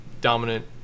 dominant